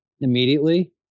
immediately